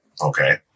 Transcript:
okay